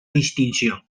distinció